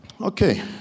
Okay